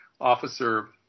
officer